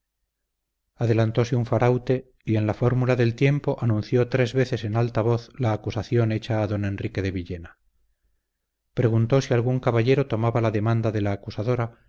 deber adelantóse un faraute y en la fórmula del tiempo anunció tres veces en alta voz la acusación hecha a don enrique de villena preguntó si algún caballero tomaba la demanda de la acusadora